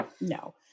No